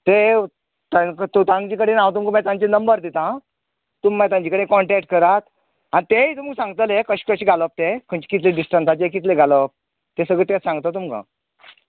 ते तांका तांचे कडेन हांव तुमका मागीर तांचे नंबर दिता तुमी मागीर तांचे कडेन काॅन्टेक्ट करात आनी तेय तुमका सांगतले कशें कशें घालप ते खंयचे कितले डिस्टन्साचेर कितलें घालप ते सगळें सांगत तुमकां